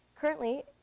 Currently